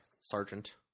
sergeant